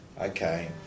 Okay